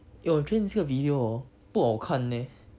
eh 我觉得你这个 video hor 不好看 leh